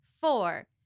four